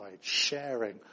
sharing